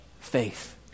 faith